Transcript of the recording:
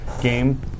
game